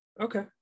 Okay